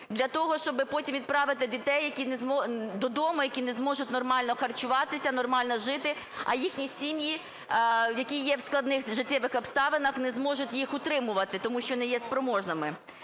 для того, щоб потім відправити дітей додому, які не зможуть нормально харчуватися, нормально жити. А їхні сім'ї, які є в складних життєвих обставинах, не зможуть їх утримувати, тому що не є спроможними.